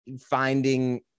finding